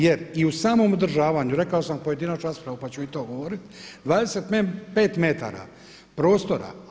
Jer i u samom održavanju, rekao sam pojedinačnu raspravu pa ću i to govoriti, 25 metara prostora.